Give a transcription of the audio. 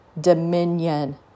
dominion